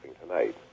tonight